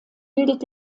bildet